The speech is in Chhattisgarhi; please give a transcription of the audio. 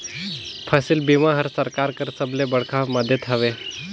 फसिल बीमा हर सरकार कर सबले बड़खा मदेत हवे